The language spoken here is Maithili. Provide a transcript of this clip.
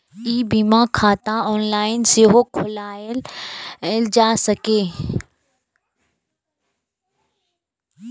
ई बीमा खाता ऑनलाइन सेहो खोलाएल जा सकैए